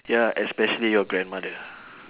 ya especially your grandmother